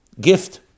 gift